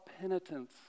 penitence